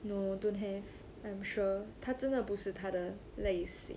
no don't have I'm sure 他真的不是他的类型